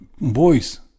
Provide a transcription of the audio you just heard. boys